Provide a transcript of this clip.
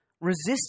Resist